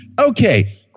Okay